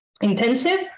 intensive